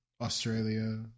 australia